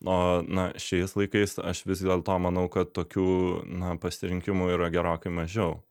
o na šiais laikais aš vis dėlto manau kad tokių na pasirinkimų yra gerokai mažiau